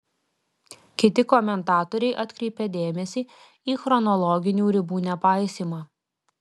kiti komentatoriai atkreipė dėmesį į chronologinių ribų nepaisymą